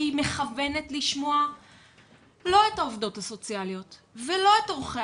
שהיא מכוונת לשמוע לא את העובדות הסוציאליות ולא את עורכי